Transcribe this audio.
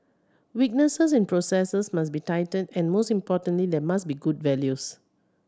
weaknesses in processes must be tightened and most importantly there must be good values